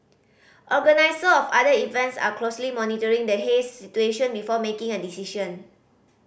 organiser of other events are closely monitoring the haze situation before making a decision